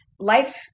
Life